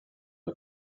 wir